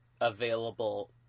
available